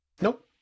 Nope